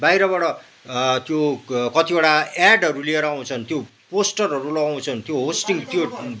बाहिरबाट त्यो कतिवटा ए़डहरू लिएर आउँछन् त्यो पोस्टरहरू लगाउँछन् त्यो होस्टिङ त्यो